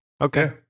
Okay